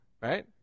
Right